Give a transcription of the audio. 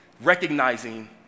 recognizing